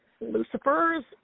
Lucifer's